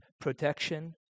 protection